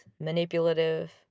manipulative